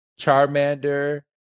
Charmander